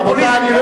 רבותי,